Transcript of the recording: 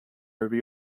review